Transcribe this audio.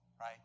right